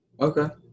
Okay